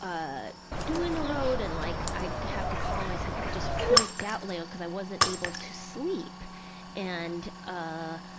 ah doing the road and like, i'd have to call my psychiatrist freaked out like cause i wasn't able to sleep and ah,